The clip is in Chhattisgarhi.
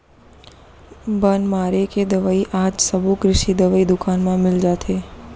बन मारे के दवई आज सबो कृषि दवई दुकान म मिल जाथे